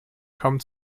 kaum